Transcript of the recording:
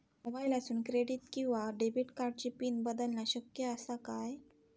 मोबाईलातसून क्रेडिट किवा डेबिट कार्डची पिन बदलना शक्य आसा काय?